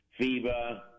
FIBA